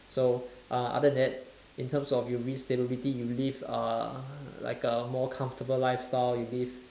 so uh other than that in terms of you risk stability you live uh like a more comfortable lifestyle you live